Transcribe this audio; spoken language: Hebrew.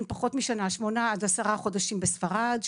פחות משנה שמונה עד עשרה חודשים בספרד,